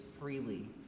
freely